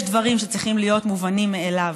יש דברים שצריכים להיות מובנים מאליהם.